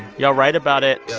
y'all write about it.